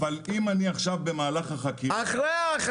אחרי.